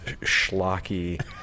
schlocky